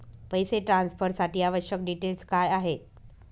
पैसे ट्रान्सफरसाठी आवश्यक डिटेल्स काय आहेत?